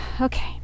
Okay